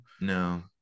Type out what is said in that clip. No